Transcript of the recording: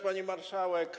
Pani Marszałek!